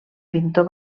pintor